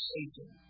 Satan